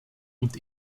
und